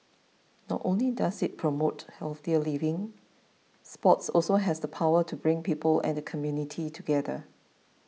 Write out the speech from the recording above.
not only does it promote healthier living sports also has the power to bring people and the community together